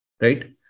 right